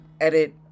edit